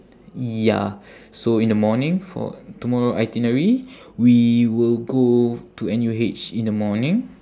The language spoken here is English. ya so in the morning for tomorrow itinerary we will go to N_U_H in the morning